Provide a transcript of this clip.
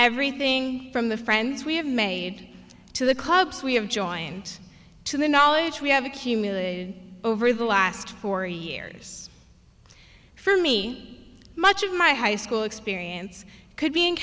everything from the friends we have made to the clubs we have joined to the knowledge we have accumulated over the last four years for me much of my high school experience could be